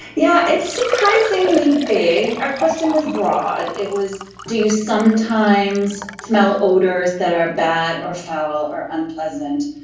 yeah it's surprisingly big. our question was abroad, it was do you sometimes smell odours that are bad or foul or unpleasant?